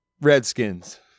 Redskins